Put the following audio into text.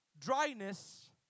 dryness